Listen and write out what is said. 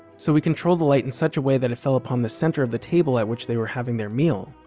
so we controlled the light in such a way that it fell upon the center of the table at which they were having their meal,